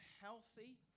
healthy